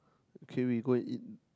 okay we go and eat